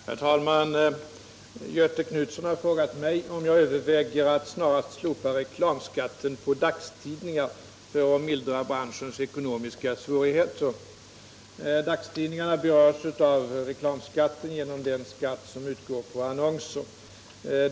17, och anförde: Herr talman! Göthe Knutson har frågat mig om jag överväger att snarast slopa reklamskatten på dagstidningar för att mildra branschens eko 79 nomiska svårigheter. Dagstidningarna berörs av reklamskatten genom den skatt som utgår på annonser.